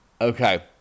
okay